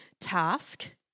task